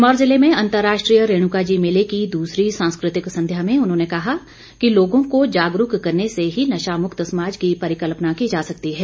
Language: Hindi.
सिरमौर जिले में अंतर्राष्ट्रीय रेणुकाजी मेले की दूसरी सांस्कृतिक संध्या में उन्होंने कहा कि लोगों को जागरूक करने से ही नशामुक्त समाज की परिकल्पना की जा सकती है